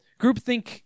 groupthink